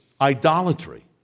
idolatry